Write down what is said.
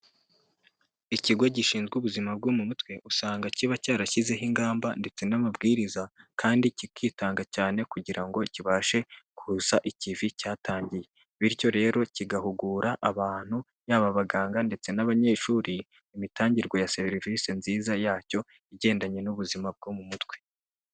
Ikigo gishinzwe ubuzima bwo mu mutwe, usanga kiba cyarashyizeho ingamba ndetse n'amabwiriza, kandi kikitanga cyane kugira ngo kibashe kusa ikivi cyatangiye. Bityo rero kigahugura abantu, yaba abaganga ndetse n'abanyeshuri, imitangirwe ya serivise nziza yacyo, igendanye n'ubuzima bwo mu mutwe.